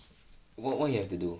w~ what you have to do